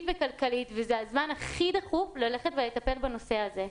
וכלכלית וזה הזמן הכי דחוף לטפל בנושא הזה.